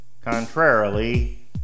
Contrarily